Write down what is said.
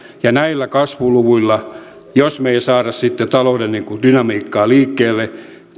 ja näillä kasvuluvuilla jos me emme saa sitten talouden dynamiikkaa liikkeelle